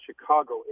Chicago